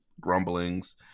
grumblings